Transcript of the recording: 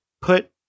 put